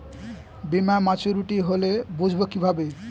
বীমা মাচুরিটি হলে বুঝবো কিভাবে?